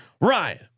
Ryan